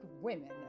women